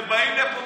ובאים לפה,